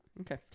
okay